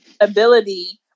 ability